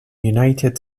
united